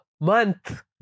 Month